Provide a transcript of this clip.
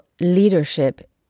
leadership